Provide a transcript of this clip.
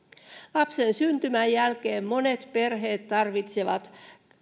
lapsen syntymän jälkeen monet perheet tarvitsevat